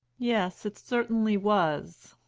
yes, it certainly was.